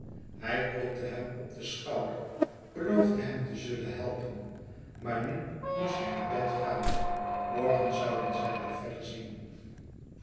hij klopte hem op den schouder beloofde hem te zullen helpen maar nu moest hij naar bed gaan morgen zouden zij wel verder zien